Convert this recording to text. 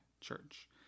church